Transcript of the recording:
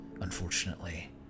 Unfortunately